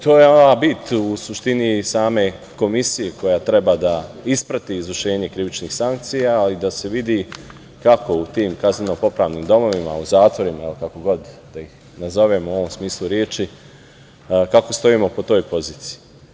To je ova bit u suštini same komisije koja treba da isprati izvršenje krivičnih sankcija a i da se vidi kako u tim kazneno-popravnim domovima, zatvorima, kako god da ih nazovemo u ovom smislu reči, kako stojimo po toj poziciji.